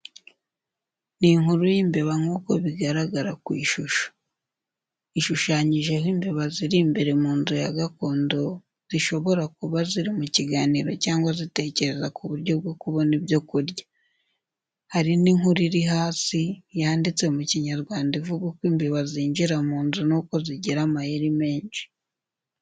Ni inkuru y’imbeba nk’uko bigaragara ku ishusho. Ishushanyijeho imbeba ziri imbere mu nzu ya gakondo, zishobora kuba ziri mu kiganiro cyangwa zitekereza ku buryo bwo kubona ibyo kurya. Hari n’inkuru iri hasi yanditse mu kinyarwanda ivuga uko imbeba zinjira mu nzu n’uko zigira amayeri menshi.